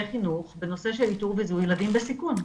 החינוך בנושא של איתור וזיהוי ילדים בסיכון.